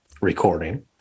recording